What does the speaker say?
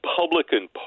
Republican